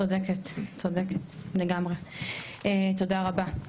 צודקת צודקת לגמרי, תודה רבה.